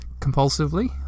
compulsively